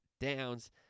downs